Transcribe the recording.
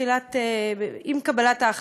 עם קבלת ההחלטה,